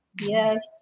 Yes